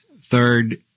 third